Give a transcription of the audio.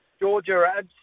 Georgia